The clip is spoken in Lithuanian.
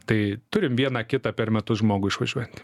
tai turim vieną kitą per metus žmogų išvažiuojantį